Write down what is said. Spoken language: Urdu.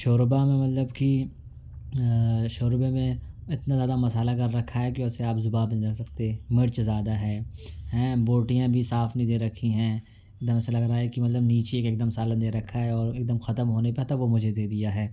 شوربا میں مطلب کی شوربے میں اتنا زیادہ مصالحہ کر رکھا ہے کہ اسے آپ زبان پہ نہیں رکھ سکتے مرچ زیادہ ہے اے بوٹیاں بھی صاف نہیں دے رکھی ہیں ایک دم سے لگ رہا ہے کہ مطلب کہ نیچے کی ایک دم سالن دے رکھا ہےاور ایک دم ختم ہونے پہ تب وہ مجھے دے دیا ہے